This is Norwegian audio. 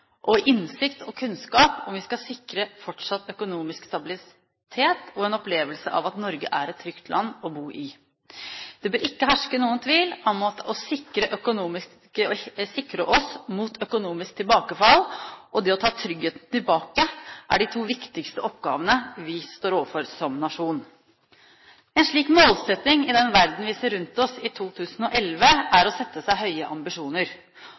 og innsikt og kunnskap om vi skal sikre fortsatt økonomisk stabilitet og en opplevelse av at Norge er et trygt land å bo i. Det bør ikke herske noen tvil om at å sikre oss mot økonomisk tilbakefall og det å ta tryggheten tilbake er de to viktigste oppgavene vi står overfor som nasjon. En slik målsetting i den verden vi ser rundt oss i 2011, er å sette seg høye ambisjoner.